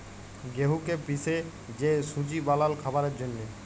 গেঁহুকে পিসে যে সুজি বালাল খাবারের জ্যনহে